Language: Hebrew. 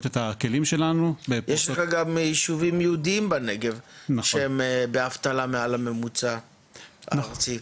יש לך גם יישובים יהודיים בנגב שהם באבטלה מעל הממוצע הארצי?